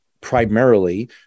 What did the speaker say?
primarily